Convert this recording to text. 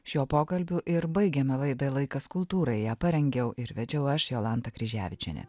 šiuo pokalbiu ir baigiama laidai laikas kultūrai ją parengiau ir vedžiau aš jolanta kryževičienė